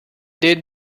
did